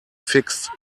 fixed